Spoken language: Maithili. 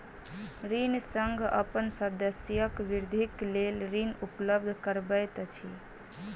ऋण संघ अपन सदस्यक वृद्धिक लेल ऋण उपलब्ध करबैत अछि